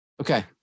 okay